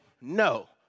no